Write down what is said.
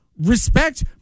respect